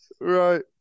Right